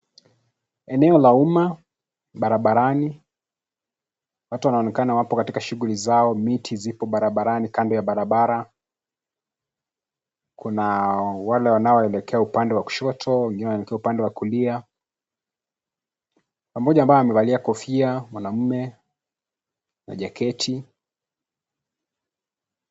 Eneo la umma barabarani, watu wanaonekana wapo katika shughuli zao. Miti zipo barabarani, kando ya barabara. Kuna wale wanaoelekea upande wa kushoto na wengine wanaelekea upande wa kulia. Kuna mmoja ambaye amevalia kofia, mwanamme na jaketi.